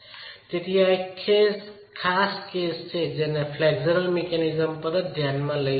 તેથી આ એક ખાસ કેસ છે જેને ફ્લેક્સ્યુલર મિકેનિઝમ પર જ ધ્યાનમાં લઈ શકાય છે